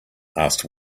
asked